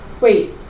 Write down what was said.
Wait